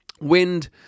wind